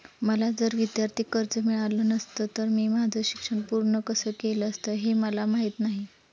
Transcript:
मला जर विद्यार्थी कर्ज मिळालं नसतं तर मी माझं शिक्षण पूर्ण कसं केलं असतं, हे मला माहीत नाही